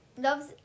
loves